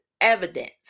evidence